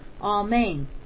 amen